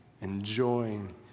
Enjoying